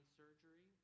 surgery